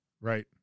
Right